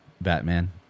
Batman